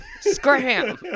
scram